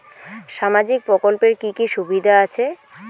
সামাজিক প্রকল্পের কি কি সুবিধা আছে?